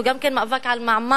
הוא גם מאבק על המעמד,